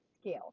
scale